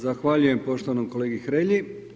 Zahvaljujem poštovanom kolegi Hrelji.